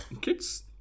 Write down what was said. kids